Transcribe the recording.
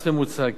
מס ממוצע,